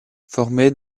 formé